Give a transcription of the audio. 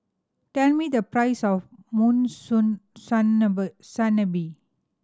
tell me the price of